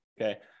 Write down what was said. okay